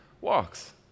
walks